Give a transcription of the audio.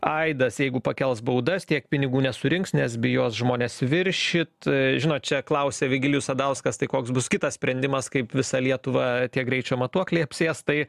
aidas jeigu pakels baudas tiek pinigų nesurinks nes bijos žmonės viršyt žinot čia klausia vigilijus sadauskas tai koks bus kitas sprendimas kaip visą lietuvą tie greičio matuokliai apsės tai